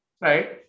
Right